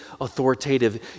authoritative